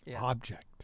object